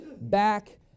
back